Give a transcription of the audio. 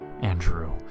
Andrew